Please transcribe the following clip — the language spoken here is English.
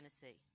Tennessee